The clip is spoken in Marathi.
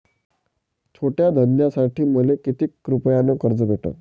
छोट्या धंद्यासाठी मले कितीक रुपयानं कर्ज भेटन?